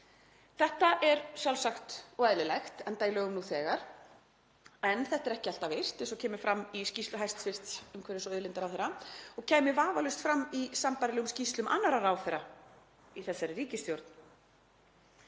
Þetta er sjálfsagt og eðlilegt enda í lögum nú þegar. En þetta er ekki alltaf virt eins og kemur fram í skýrslu hæstv. umhverfis- og auðlindaráðherra og kæmi vafalaust fram í sambærilegum skýrslum annarra ráðherra í þessari ríkisstjórn.